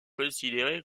considérée